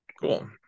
Cool